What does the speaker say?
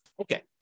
okay